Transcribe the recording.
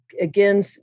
again